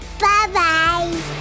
bye-bye